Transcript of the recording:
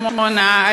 בת שמונה,